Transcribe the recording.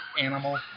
animal